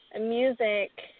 music